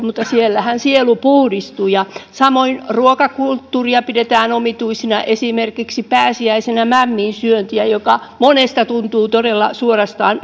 mutta siellähän sielu puhdistuu samoin ruokakulttuuria pidetään omituisena esimerkiksi pääsiäisenä mämmin syöntiä joka monesta tuntuu todella suorastaan